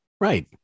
Right